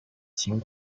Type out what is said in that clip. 情况